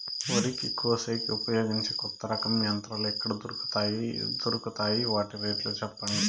వరి కోసేకి ఉపయోగించే కొత్త రకం యంత్రాలు ఎక్కడ దొరుకుతాయి తాయి? వాటి రేట్లు చెప్పండి?